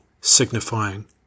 signifying